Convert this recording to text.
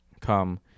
come